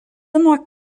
nuo